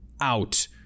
out